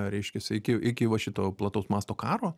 reiškiasi iki iki va šito plataus masto karo